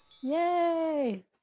Yay